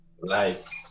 Life